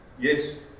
Yes